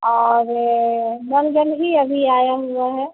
और नल जल ही अभी आया हुआ है